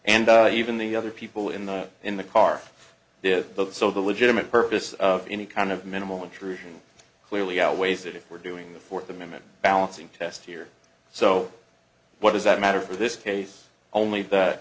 and even the other people in the in the car if the so the legitimate purpose of any kind of minimal intrusion clearly outweighs it if we're doing the fourth amendment balancing test here so what does that matter for this case only that